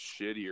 shittier